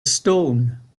stone